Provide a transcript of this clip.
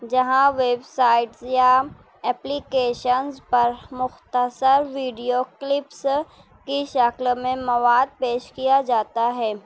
جہاں web sites یا applications پر مختصر ویڈیو کلپس کی شکل میں مواد پیش کیا جاتا ہے